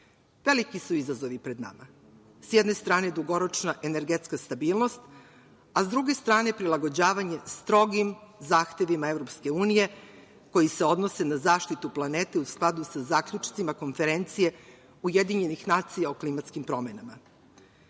godine. Veliki su izazovi pred nama. S jedne strane, dugoročna energetska stabilnost, a s druge strane prilagođavanje strogim zahtevima EU koji se odnose na zaštitu planete u skladu sa zaključcima Konferencije UN o klimatskim promenama. Da